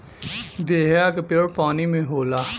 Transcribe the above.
बेहया क पेड़ पानी में होला